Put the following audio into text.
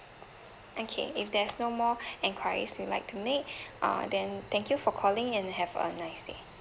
okay if there's no more enquiries you would like to make err then thank you for calling and have a nice day